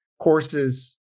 courses